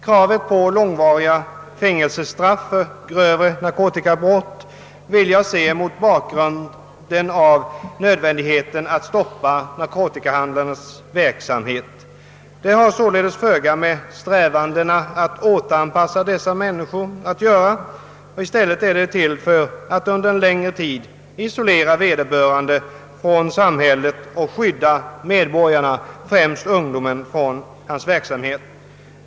Kravet på långvariga fängelsestraff för grövre narkotikabrott vill jag se mot bakgrunden av nödvändigheten att stoppa narkotikahandlarnas verksamhet. Det har således föga att göra med strävandena att återanpassa dessa människor. I stället är det till för att under en längre tid isolera vederbörande från samhället och skydda medborgarna, främst ungdomen, mot denna verksamhet.